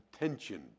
attention